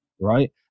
right